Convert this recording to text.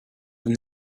when